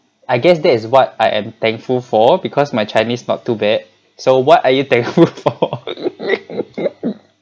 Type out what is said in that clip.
I guess that is what I am thankful for because my chinese not too bad so what are you thankful for